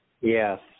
Yes